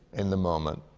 in the moment.